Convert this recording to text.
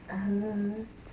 err